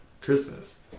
Christmas